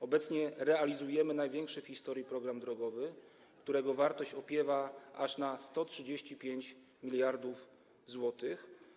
Obecnie realizujemy największy w historii program drogowy, którego wartość opiewa aż na 135 mld zł.